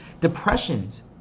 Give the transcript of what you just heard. depressions